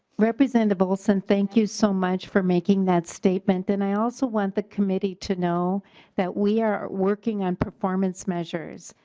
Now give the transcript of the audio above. representative but olson thank you so much for making that statement and i also want the committee to know that we are working on performance measures.